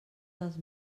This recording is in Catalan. dels